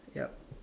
ya